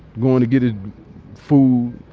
going to get his food.